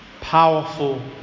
powerful